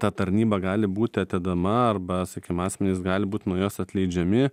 ta tarnyba gali būt atedema arba sakim asmenys gali būt nuo jos atleidžiami